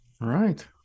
right